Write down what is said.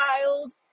child